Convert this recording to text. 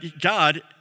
God